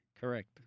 Correct